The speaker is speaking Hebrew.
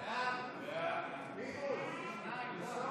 להעביר את הצעת חוק